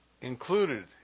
included